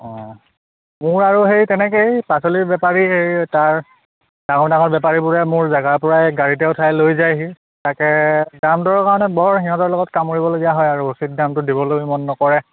অঁ মোৰ আৰু সেই তেনেকৈয়ে পাচলিৰ বেপাৰী হেৰি তাৰ ডাঙৰ ডাঙৰ বেপাৰীবোৰে মোৰ জেগাৰপৰাই গাড়ীতে উঠাই লৈ যায়হি তাকে দাম দৰৰ কাৰণে বৰ সিহঁতৰ লগত কামুৰিবলগীয়া হয় আৰু উচিত দামটো দিবলৈ মন নকৰে